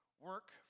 Work